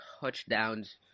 touchdowns